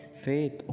faith